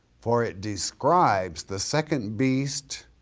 for it describes the second beast